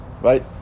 right